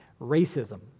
racism